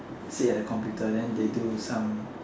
sit at the computer then there do some